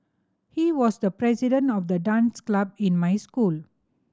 he was the president of the dance club in my school